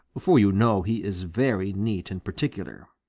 for you know he is very neat and particular.